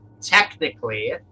technically